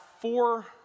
four